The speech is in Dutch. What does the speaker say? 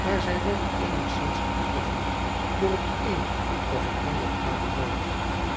maar zij werd eenigszins getroffen door het een of ander aan dien man